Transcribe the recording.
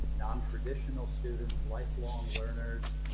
nontraditional students, life long learners.